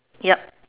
yup